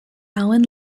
allen